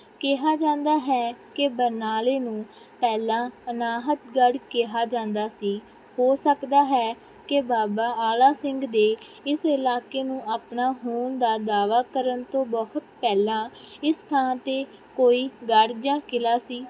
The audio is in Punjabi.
ਕਿਹਾ ਜਾਂਦਾ ਹੈ ਕਿ ਬਰਨਾਲੇ ਨੂੰ ਪਹਿਲਾਂ ਅਨਾਹਤਗੜ੍ਹ ਕਿਹਾ ਜਾਂਦਾ ਸੀ ਹੋ ਸਕਦਾ ਹੈ ਕਿ ਬਾਬਾ ਆਲਾ ਸਿੰਘ ਦੇ ਇਸ ਇਲਾਕੇ ਨੂੰ ਆਪਣਾ ਹੋਣ ਦਾ ਦਾਅਵਾ ਕਰਨ ਤੋਂ ਬਹੁਤ ਪਹਿਲਾਂ ਇਸ ਥਾਂ 'ਤੇ ਕੋਈ ਗੜ੍ਹ ਜਾਂ ਕਿਲ੍ਹਾ ਸੀ